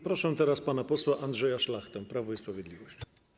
Proszę teraz pana posła Andrzeja Szlachtę, Prawo i Sprawiedliwość.